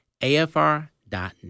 afr.net